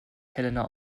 helena